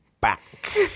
back